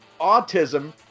autism